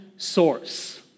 source